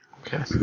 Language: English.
Okay